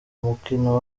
umukino